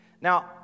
Now